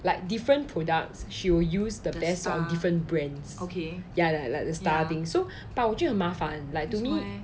like different products she will use the best sort of different brands okay ya lah like the star thing but 我觉得很麻烦 like to me